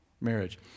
marriage